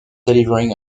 delivering